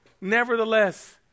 nevertheless